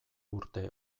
urte